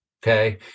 Okay